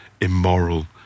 immoral